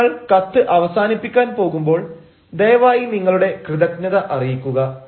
ഇനി നിങ്ങൾ കത്ത് അവസാനിപ്പിക്കാൻ പോകുമ്പോൾ ദയവായി നിങ്ങളുടെ കൃതജ്ഞത അറിയിക്കുക